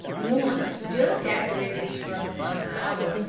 once, just after it had struck some hour,